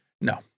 No